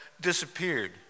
disappeared